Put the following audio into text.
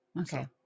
Okay